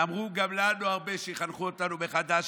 ואמרו גם לנו הרבה שיחנכו אותנו מחדש,